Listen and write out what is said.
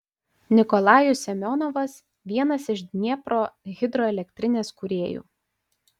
nikolajus semionovas vienas iš dniepro hidroelektrinės kūrėjų